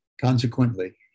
Consequently